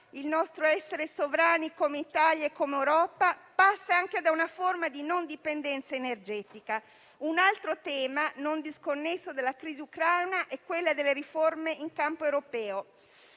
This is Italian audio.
il nostro essere sovrani come Italia ed Europa passano anche da una forma di non dipendenza energetica. Un altro tema non disconnesso dalla crisi ucraina è quello delle riforme in campo europeo.